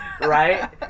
right